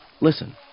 listen